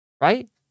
right